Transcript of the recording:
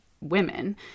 women